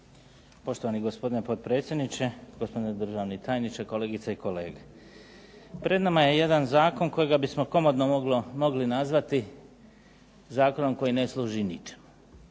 Poštovani gospodine potpredsjedniče, gospodine državni tajniče, kolegice i kolege. Pred nama je jedan zakon kojega bismo komotno mogli nazvati zakonom koji ne služi ničemu,